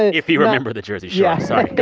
if you remember the jersey shore. sorry. go